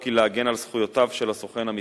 היא להגן על זכויותיו של הסוכן המסחרי,